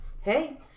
Hey